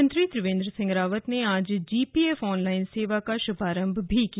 मुख्यमंत्री त्रियेंद्र सिंह रावत ने आज जीपीएफ ऑन लाइन सेवा का शुभारंभ भी किया